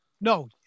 No